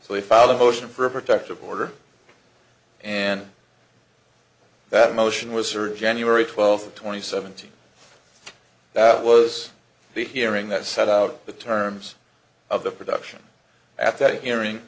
so they filed a motion for a protective order and that motion was or january twelfth twenty seventy that was the hearing that set out the terms of the production at that hearing